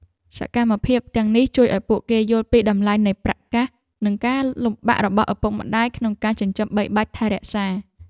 សកម្មភាពទាំងនេះជួយឱ្យពួកគេយល់ពីតម្លៃនៃប្រាក់កាសនិងការលំបាករបស់ឪពុកម្តាយក្នុងការចិញ្ចឹមបីបាច់ថែរក្សា។